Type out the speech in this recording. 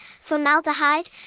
formaldehyde